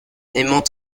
aimant